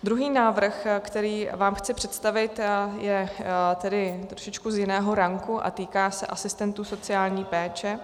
Druhý návrh, který vám chci představit, je tedy z trošičku jiného ranku a týká se asistentů sociální péče.